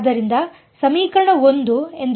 ಆದ್ದರಿಂದ ಸಮೀಕರಣ 1 ಎಂದರೆ ಅದು